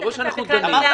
אתה רואה שאנחנו דנים.